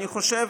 אני חושב